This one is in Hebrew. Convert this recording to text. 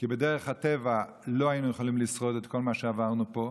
כי בדרך הטבע לא היינו יכולים לשרוד את כל מה שעברנו פה.